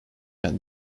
than